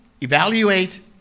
evaluate